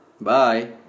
Bye